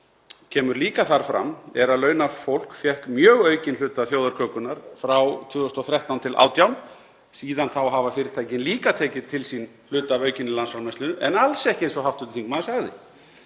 kemur líka þar fram er að launafólk fékk mjög aukinn hluta af þjóðarkökunnar frá 2013–2018. Síðan þá hafa fyrirtækin líka tekið til sín hluta af aukinni landsframleiðslu en alls ekki eins og hv. þingmaður sagði,